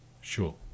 Sure